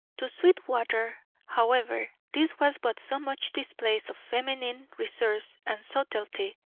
to sweetwater, however, this was but so much display of feminine resource and subtlety.